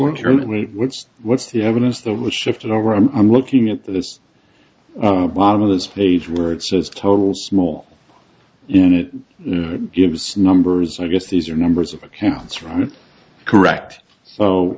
and what's what's the evidence that was shifted over and i'm looking at this bottom of this page where it says total small unit it was numbers i guess these are numbers of accounts right correct so